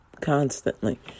constantly